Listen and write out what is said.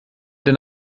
denn